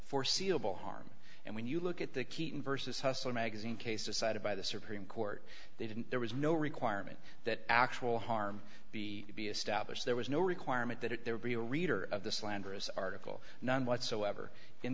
foreseeable harm and when you look at the keaton versus hustler magazine case decided by the supreme court they didn't there was no requirement that actual harm be to be established there was no requirement that it there be a reader of the slanderous article none whatsoever in